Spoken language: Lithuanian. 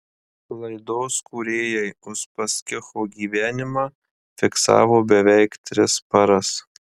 laidos kūrėjai uspaskicho gyvenimą fiksavo beveik tris paras